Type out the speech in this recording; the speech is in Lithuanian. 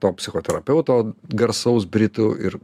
to psichoterapeuto garsaus britų ir